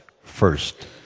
first